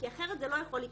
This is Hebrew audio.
כי אחרת זה לא יכול לקרות.